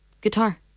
guitar